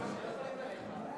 לא יכולים עליך.